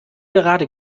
gerade